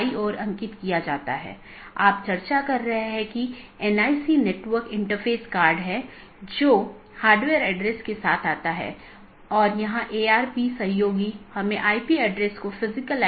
इसका मतलब है कि BGP का एक लक्ष्य पारगमन ट्रैफिक की मात्रा को कम करना है जिसका अर्थ है कि यह न तो AS उत्पन्न कर रहा है और न ही AS में समाप्त हो रहा है लेकिन यह इस AS के क्षेत्र से गुजर रहा है